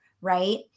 right